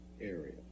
area